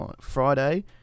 Friday